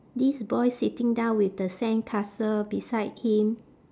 this boy sitting down with the sandcastle beside him